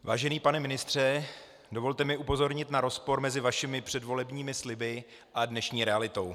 Vážený pane ministře, dovolte mi upozornit na rozpor mezi vašimi předvolebními sliby a dnešní realitou.